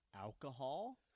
alcohol